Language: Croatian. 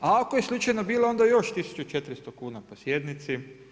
Ako je slučajno bila, onda još 1 400 kuna po sjednici.